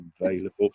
available